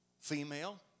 female